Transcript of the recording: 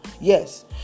yes